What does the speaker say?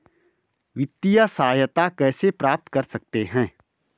वित्तिय सहायता कैसे प्राप्त कर सकते हैं?